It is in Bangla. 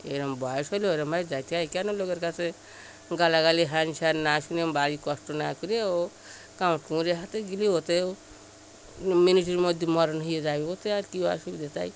এরম বয়স হলে এরম ভাবে যেতে হয় কেন লোকের কাছে গালাগালি হ্যান স্যান না শুনে বাড়ি কষ্ট না করে ও কামড় কুমিরের হাতে গেলে ওতেও মিনিটের মধ্যে মরণ হয়ে যাবে ওতে আর কী অসুবিধে তাই